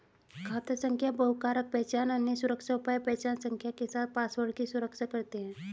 खाता संख्या बहुकारक पहचान, अन्य सुरक्षा उपाय पहचान संख्या के साथ पासवर्ड की सुरक्षा करते हैं